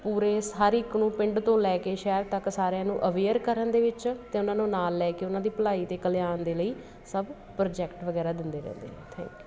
ਪੂਰੇ ਹਰ ਇੱਕ ਨੂੰ ਪਿੰਡ ਤੋਂ ਲੈ ਕੇ ਸ਼ਹਿਰ ਤੱਕ ਸਾਰਿਆਂ ਨੂੰ ਅਵੇਅਰ ਕਰਨ ਦੇ ਵਿੱਚ ਅਤੇ ਉਹਨਾਂ ਨੂੰ ਨਾਲ ਲੈ ਕੇ ਉਹਨਾਂ ਦੀ ਭਲਾਈ ਅਤੇ ਕਲਿਆਣ ਦੇ ਲਈ ਸਭ ਪ੍ਰੋਜੈਕਟ ਵਗੈਰਾ ਦਿੰਦੇ ਰਹਿੰਦੇ ਹੈ ਥੈਂਕ ਯੂ